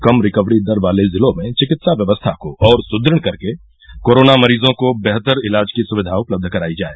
कम recovery दर वाले जिलों में चिकित्सा व्यवस्था को और सुदृढ़ कर के कोरोना मरीजों को बेहतर इलाज की सुविधा उपलब्ध करायी जाय